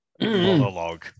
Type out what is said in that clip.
monologue